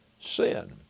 sin